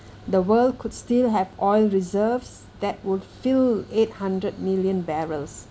the world could still have oil reserves that would fill eight hundred million barrels